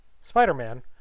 Spider-Man